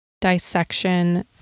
dissection